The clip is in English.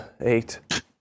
eight